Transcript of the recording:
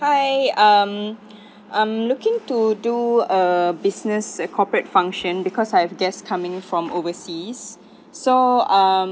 hi um I'm looking to do a business corporate function because I have guest coming from overseas so um